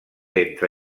entre